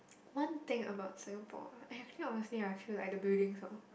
one thing about Singapore I actually honestly right I feel like the buildings are